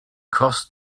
crossed